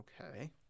okay